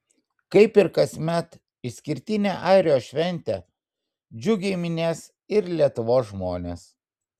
kaip ir kasmet išskirtinę airijos šventę džiugiai minės ir lietuvos žmonės